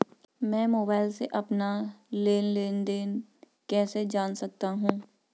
मैं मोबाइल से अपना लेन लेन देन कैसे जान सकता हूँ?